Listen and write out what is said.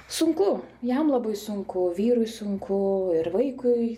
sunku jam labai sunku vyrui sunku ir vaikui